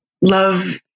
love